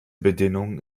bedingung